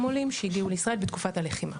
עולים שהגיעו לישראל בתקופת הלחימה.